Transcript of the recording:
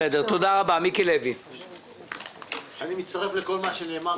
אני מצטרף לכל מה שנאמר.